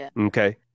Okay